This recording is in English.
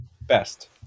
Best